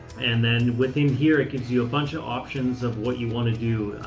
and then within here it gives you a bunch of options of what you want to do,